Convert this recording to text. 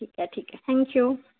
ठीक आहे ठीक आहे थँक्यू